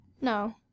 No